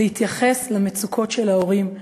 להתייחס למצוקות של ההורים,